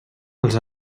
els